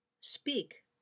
Speak